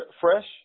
fresh